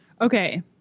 Okay